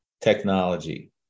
technology